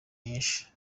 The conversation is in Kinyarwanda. nyinshi